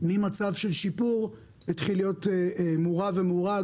ממצב של שיפור החל להיות מורע ומורע.